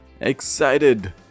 Excited